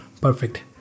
Perfect